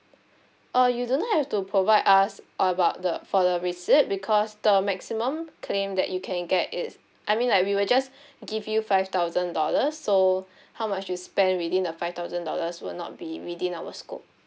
oh you don't have to provide us about the for the receipt because the maximum claim that you can get is I mean like we will just give you five thousand dollars so how much you spend within the five thousand dollars will not be within our scope